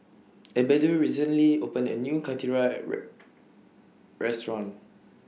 Abdiel recently opened A New Karthira Restaurant